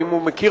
האם הוא מכיר